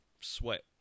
sweat